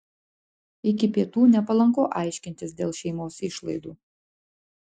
iki pietų nepalanku aiškintis dėl šeimos išlaidų